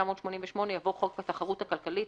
התשמ"ח 1988" יבוא "חוק התחרות הכלכלית,